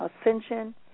ascension